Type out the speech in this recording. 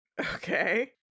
okay